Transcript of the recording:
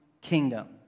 kingdom